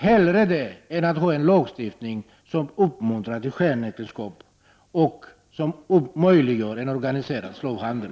Hellre det än att ha en lagstiftning som uppmuntrar till skenäktenskap och som möjliggör en organiserad slavhandel.